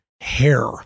hair